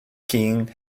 king